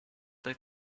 they